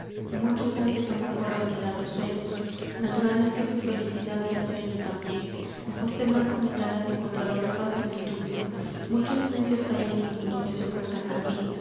muchos hay que toman por realidad los sueños natural es que su felicidad sea sueño tambien bajo este blanco metal has encontrado la faz de un estúpido muchos necios hay en el mundo que se ocultan así